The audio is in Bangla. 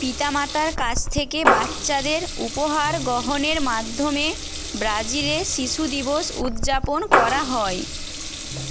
পিতামাতার কাছ থেকে বাচ্চাদের উপহার গ্রহণের মাধ্যমে ব্রাজিলে শিশু দিবস উদযাপন করা হয়